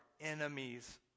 enemies